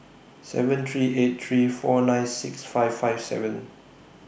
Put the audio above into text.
seven three eight three four nine six five five seven